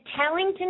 Tellington